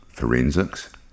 Forensics